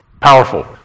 Powerful